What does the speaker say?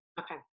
Okay